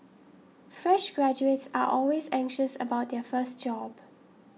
fresh graduates are always anxious about their first job